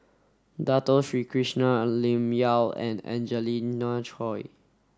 Dato Sri Krishna Lim Yau and Angelina Choy